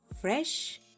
fresh